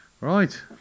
right